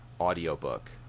audiobook